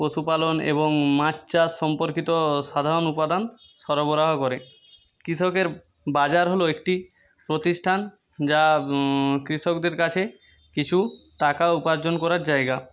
পশুপালন এবং মাছ চাষ সম্পর্কিত সাধারণ উপাদান সরবরাহ করে কৃষকের বাজার হলো একটি প্রতিষ্ঠান যা কৃষকদের কাছে কিছু টাকা উপার্জন করার জায়গা